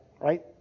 right